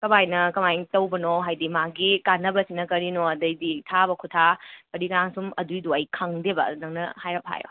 ꯀꯃꯥꯏꯅ ꯀꯃꯥꯏꯅ ꯇꯧꯕꯅꯣ ꯍꯥꯏꯗꯤ ꯃꯥꯒꯤ ꯀꯥꯟꯅꯕꯁꯤꯅ ꯀꯔꯤꯅꯣ ꯑꯗꯩꯗꯤ ꯊꯥꯕ ꯈꯨꯊꯥ ꯑꯗꯨꯏꯗꯨꯒ ꯁꯨꯝ ꯑꯗꯨꯏꯗꯣ ꯑꯩ ꯈꯪꯗꯦꯕ ꯑꯗꯣ ꯅꯪꯅ ꯍꯥꯏꯔꯞ ꯍꯥꯏꯔꯣ